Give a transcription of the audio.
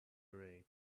array